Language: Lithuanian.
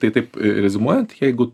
tai taip riziumuojant jeigu